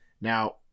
Now